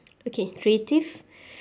okay creative